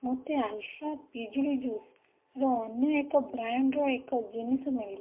ମୋତେ ଆଲଫା ପିଜୁଳି ଜୁସ୍ର ଅନ୍ୟ ଏକ ବ୍ରାଣ୍ଡ୍ର ଏକ ଜିନିଷ ମିଳିଲା